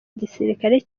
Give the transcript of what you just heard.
gisirikare